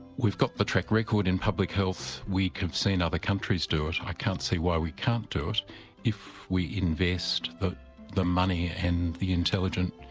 we've got the track record in public health, we have seen other countries do it, i can't see why we can't do it if we invest the the money and the intelligent